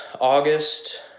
August